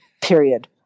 period